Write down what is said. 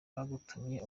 bagutumye